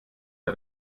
der